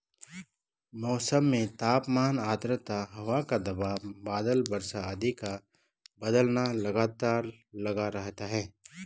मौसम में तापमान आद्रता हवा का दबाव बादल वर्षा आदि का बदलना लगातार लगा रहता है